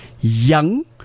young